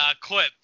clip